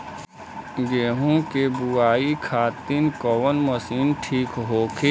गेहूँ के बुआई खातिन कवन मशीन ठीक होखि?